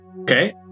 Okay